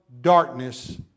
darkness